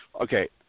okay